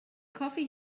coffee